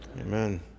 amen